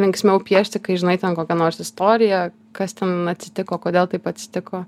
linksmiau piešti kai žinai ten kokią nors istoriją kas ten atsitiko kodėl taip atsitiko